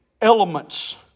elements